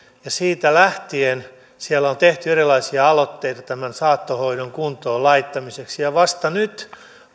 ja siitä lähtien siellä on tehty erilaisia aloitteita saattohoidon kuntoonlaittamiseksi ja vasta nyt